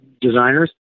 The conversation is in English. designers